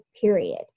period